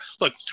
look